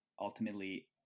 ultimately